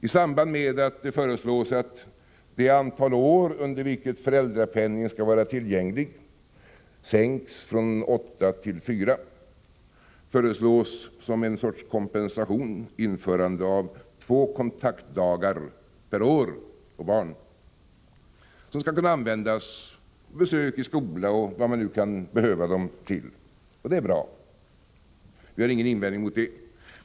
I anslutning till förslaget att det antal år under vilka föräldrapenning skall vara tillgänglig sänks från åtta till fyra, föreslås som en sorts kompensation införandet av två kontaktdagar per år och barn, att användas fört.ex. besök i skolan. Det är ett bra förslag, och vi har ingen invändning mot det.